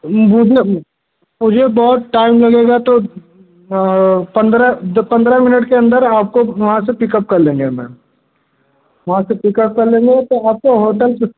मुझे बहुत टाइम लगेगा तो पंद्रह पंद्रह मिनट के अंदर आपको वहाँ से पिकअप कर लेंगे मैम वहाँ से पिकअप कर लेंगे तो आपको होटल